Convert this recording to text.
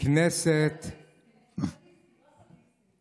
סדיסטי או מזוכיסטי,